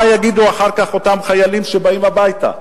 מה יגידו אחר כך אותם חיילים שבאים הביתה?